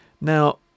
Now